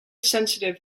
sensitive